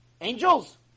angels